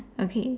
okay